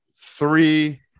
Three